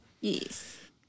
Yes